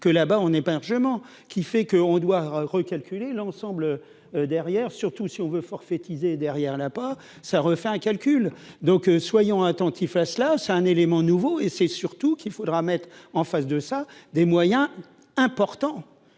que là-bas, on n'est pas largement qui fait que on doit recalculer l'ensemble derrière, surtout si on veut forfaitisée derrière la pas ça refait un calcul, donc soyons attentifs à cela, c'est un élément nouveau et c'est surtout qu'il faudra mettre en face de ça, des moyens importants,